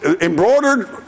embroidered